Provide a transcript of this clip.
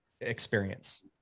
experience